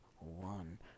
one